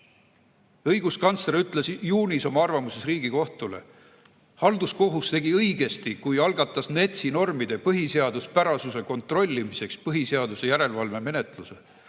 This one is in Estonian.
Õiguskantsler ütles [augustis] oma arvamuses Riigikohtule, et halduskohus tegi õigesti, kui algatas NETS‑i normide põhiseaduspärasuse kontrollimiseks põhiseaduse järelevalve menetluse.